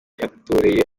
yatoreye